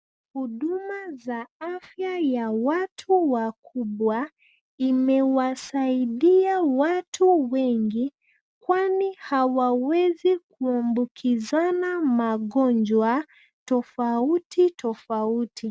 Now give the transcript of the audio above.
Huduma za afya ya watu wakubwa imewasaidia watu wengi kwani hawawezi kuambukizana magonjwa tofauti tofauti.